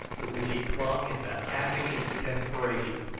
to which he clung in the agony of desperation,